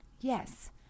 Yes